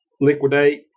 liquidate